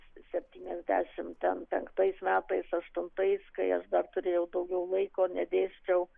septyniasdešimt ten penktais metais aštuntais kai aš dar turėjau daugiau laiko nedėsčiau